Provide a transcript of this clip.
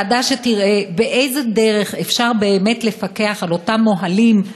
ועדה שתראה באיזו דרך אפשר באמת לפקח על אותם מוהלים,